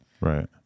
Right